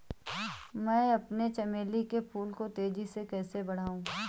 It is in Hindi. मैं अपने चमेली के फूल को तेजी से कैसे बढाऊं?